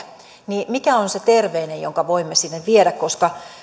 niin mikä on se terveinen jonka voimme sinne viedä nimittäin